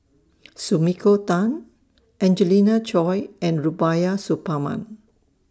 Sumiko Tan Angelina Choy and Rubiah Suparman